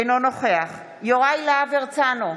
אינו נוכח יוראי להב הרצנו,